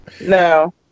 no